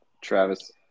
Travis